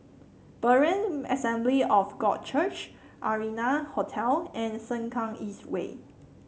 Berean Assembly of God Church Arianna Hotel and the Sengkang East Way